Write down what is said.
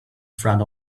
front